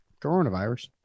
coronavirus